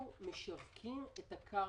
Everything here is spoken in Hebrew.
אנחנו משווקים את הקרקע.